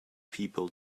people